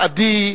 עדי,